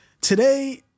today